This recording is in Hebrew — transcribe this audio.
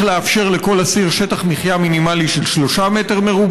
צריך לאפשר לכל אסיר שטח מחיה מינימלי של 3 מ"ר,